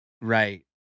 Right